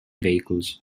vehicles